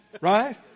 Right